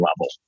level